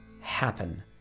happen